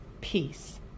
Peace